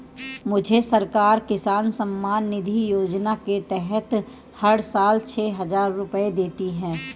मुझे सरकार किसान सम्मान निधि योजना के तहत हर साल छह हज़ार रुपए देती है